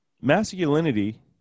masculinity